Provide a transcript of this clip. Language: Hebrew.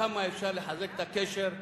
כמה אפשר לחזק את הקשר,